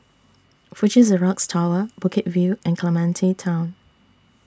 Fuji Xerox Tower Bukit View and Clementi Town